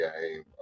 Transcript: game